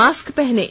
mask पहनें